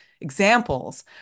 examples